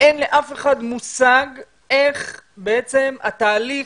אין לאף אחד מושג איך בעצם התהליך,